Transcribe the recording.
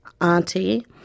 Auntie